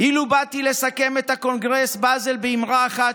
"אילו באתי לסכם את הקונגרס בזל באמרה אחת,